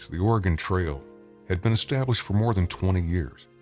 the oregon trail had been established for more than twenty years.